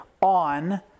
on